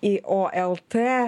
i o l t